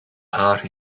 haar